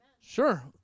Sure